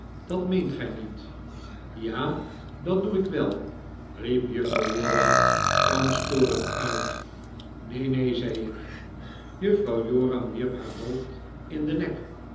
dat meent gij niet ja dat doe ik wel riep juffrouw joram gramstorig uit neen neen zei ik juffrouw joram wierp haar hoofd in den nek